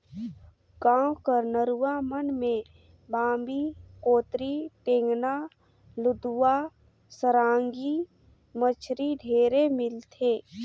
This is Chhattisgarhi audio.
गाँव कर नरूवा मन में बांबी, कोतरी, टेंगना, लुदवा, सरांगी मछरी ढेरे मिलथे